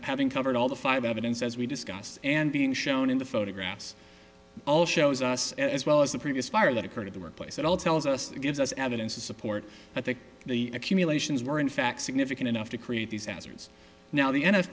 having covered all the fiber evidence as we discussed and being shown in the photographs all shows us as well as the previous fire that occurred at the workplace at all tells us it gives us evidence to support i think the accumulations were in fact significant enough to create these hazards now the n